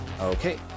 Okay